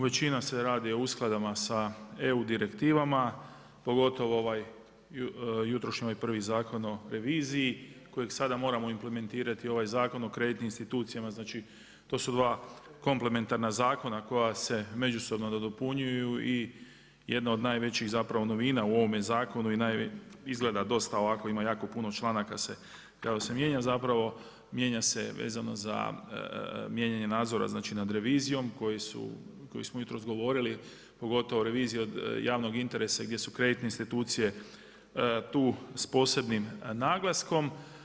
Većina se radi o uskladama sa EU direktivama, pogotovo ovaj jutrošnji prvi Zakon o reviziji kojeg sada moramo implementirati u ovaj Zakon o kreditnim institucijama, znači to su dva komplementarna zakona koja se međusobno nadopunjuju i jedna od najvećih novina u ovome zakonu i izgleda dosta ovako ima jako puno članaka se mijenja, mijenja se vezano za mijenjanje nadzora nad revizijom o kojoj smo jutros govorili, pogotovo revizija od javnog interesa gdje su kreditne institucije tu s posebnim naglaskom.